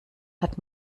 hat